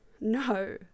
no